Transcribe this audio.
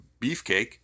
Beefcake